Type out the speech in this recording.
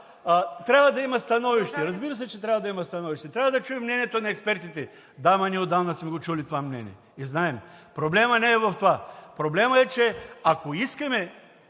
„трябва да има становище“ – разбира се, че трябва да има становище, трябва да чуем мнението на експертите. Да, ама ние отдавна сме го чули това мнение и знаем. Проблемът не е в това, проблемът е, че ако искаме